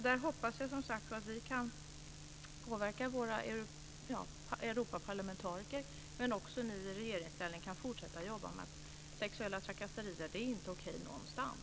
Där hoppas jag som sagt att vi kan påverka våra Europaparlamentariker, men också att ni i regeringsställning kan fortsätta att jobba med att sexuella trakasserier inte är okej någonstans.